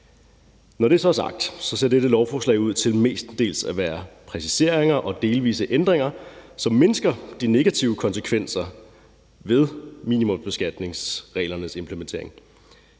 Når det så er sagt, ser dette lovforslag ud til mestendels at være præciseringer og delvise ændringer, som mindsker de negative konsekvenser ved minimumbeskatningsreglernes implementering.